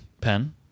Pen